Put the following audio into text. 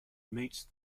meets